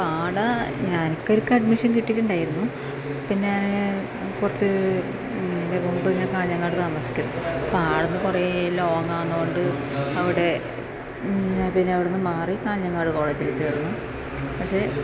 അപ്പം അവിടെ എനിക്ക് ഇടക്ക് അഡ്മിഷൻ കിട്ടിയിട്ടുണ്ടായിരുന്നു പിന്നെ കുറച്ച് ഇതിനു മുൻപ് ഞാൻ കാഞ്ഞങ്ങാട് താമസിക്കുന്നത് അപ്പം അവിടെന്ന് കുറെ ലോങ്ങ് ആന്നോണ്ട് അവിടെ പിന്നെ അവിടുന്ന് മാറി കാഞ്ഞങ്ങാട് കോളേജിൽ ചേർന്നു പക്ഷേ